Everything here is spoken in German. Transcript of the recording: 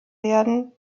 werden